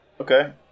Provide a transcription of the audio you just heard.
Okay